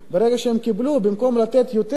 ברגע שהם קיבלו, במקום לתת יותר,